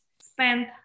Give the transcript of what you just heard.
Spend